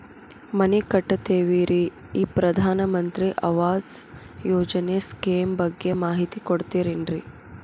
ಮನಿ ಕಟ್ಟಕತೇವಿ ರಿ ಈ ಪ್ರಧಾನ ಮಂತ್ರಿ ಆವಾಸ್ ಯೋಜನೆ ಸ್ಕೇಮ್ ಬಗ್ಗೆ ಮಾಹಿತಿ ಕೊಡ್ತೇರೆನ್ರಿ?